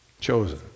Chosen